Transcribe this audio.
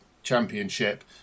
championship